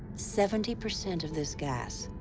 seventy percent of this gas,